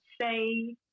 Say